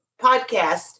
podcast